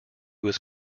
was